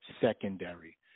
secondary